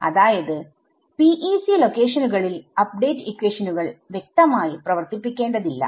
അതായത് PEC ലൊക്കേഷനുകളിൽ update ഇക്വേഷനുകൾ വ്യക്തമായി പ്രവർത്തിപ്പിക്കേണ്ടതില്ല